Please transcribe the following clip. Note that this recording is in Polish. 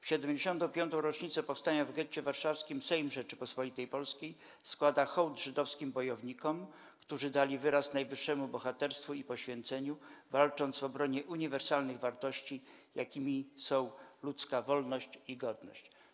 W 75. rocznicę Powstania w Getcie Warszawskim Sejm Rzeczypospolitej Polskiej składa hołd żydowskim bojownikom, którzy dali wyraz najwyższemu bohaterstwu i poświęceniu, walcząc w obronie uniwersalnych wartości, jakimi są ludzka wolność i godność”